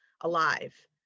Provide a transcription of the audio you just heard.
alive